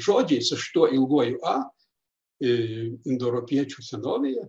žodžiais su šituo ilguoju a indoeuropiečių senovėje